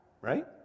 right